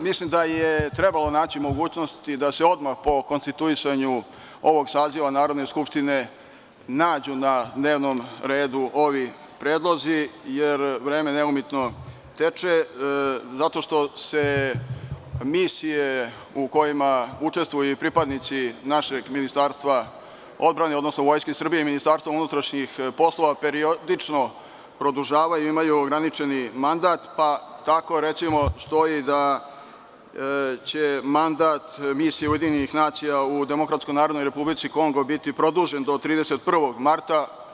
Mislim da je trebalo naći mogućnosti da se odmah po konstituisanju ovog saziva Narodne skupštine nađu na dnevnom redu ovi predlozi, jer vreme neumitno teče, zato što se misije u kojima učestvuju i pripadnici našeg Ministarstva odbrane, odnosno Vojske Srbije i MUP, periodično produžavaju i imaju ograničen mandat, pa tako, recimo, stoji da će mandat Misije UN u Demokratskoj Narodnoj Republici Kongo biti produžen do 31. marta.